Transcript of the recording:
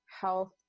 health